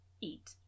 eat